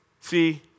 See